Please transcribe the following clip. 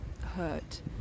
hurt